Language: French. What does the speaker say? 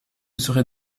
serait